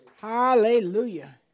hallelujah